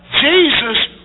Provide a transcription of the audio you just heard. Jesus